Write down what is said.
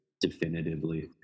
definitively